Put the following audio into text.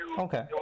Okay